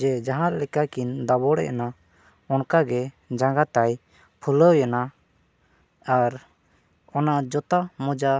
ᱡᱮ ᱡᱟᱦᱟᱸ ᱞᱮᱠᱟ ᱠᱤᱱ ᱫᱟᱵᱚᱲ ᱮᱱᱟ ᱚᱱᱠᱟ ᱜᱮ ᱡᱟᱸᱜᱟ ᱛᱟᱭ ᱯᱷᱩᱞᱟᱹᱣ ᱮᱱᱟ ᱟᱨ ᱚᱱᱟ ᱡᱩᱛᱟᱹ ᱢᱚᱡᱟ